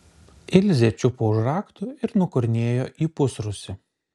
ilzė čiupo už raktų ir nukurnėjo į pusrūsį